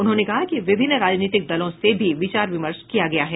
उन्होंने कहा कि विभिन्न राजनीतिक दलों से भी विचार विर्मश किया गया है